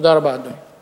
תודה רבה, אדוני.